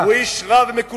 הוא איש רע, מקולקל,